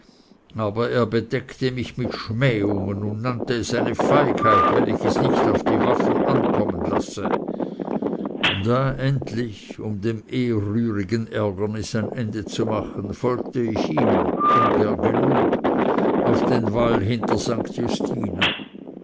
aber er bedeckte mich mit schmähungen und nannte es eine feigheit wenn ich es nicht auf die waffen ankommen lasse da endlich um dem ehrrührigen ärgernis ein ende zu machen folgte ich ihm ungern genug auf den wall hinter st justina